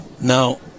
Now